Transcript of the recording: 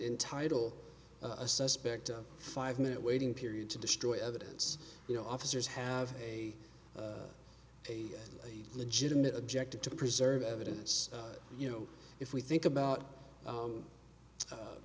entitle a suspect a five minute waiting period to destroy evidence you know officers have a legitimate objected to preserve evidence you know if we think about